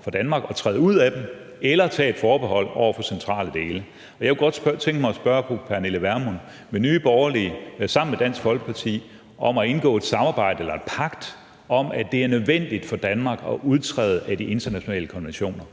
for Danmark at træde ud af dem eller tage forbehold over for centrale dele. Og jeg kunne godt tænke mig spørge fru Pernille Vermund, om Nye Borgerlige sammen med Dansk Folkeparti kunne indgå et samarbejde eller en pagt om, at det er nødvendigt for Danmark at udtræde af de internationale konventioner.